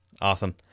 Awesome